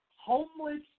homeless